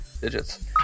digits